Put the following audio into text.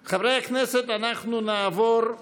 62, נגד, 43, שניים נמנעו.